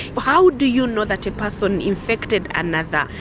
but how do you know that a person infected another?